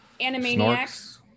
Animaniacs